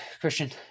Christian